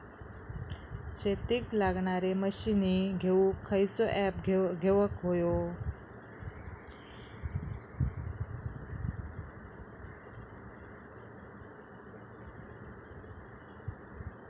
शेतीक लागणारे मशीनी घेवक खयचो ऍप घेवक होयो?